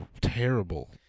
terrible